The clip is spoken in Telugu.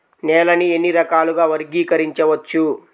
నేలని ఎన్ని రకాలుగా వర్గీకరించవచ్చు?